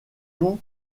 tout